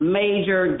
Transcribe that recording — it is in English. major